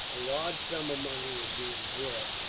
a large sum of money was being brought,